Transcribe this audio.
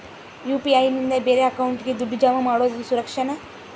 UPI ನಿಂದ ಬೇರೆ ಅಕೌಂಟಿಗೆ ದುಡ್ಡು ಜಮಾ ಮಾಡೋದು ಸುರಕ್ಷಾನಾ?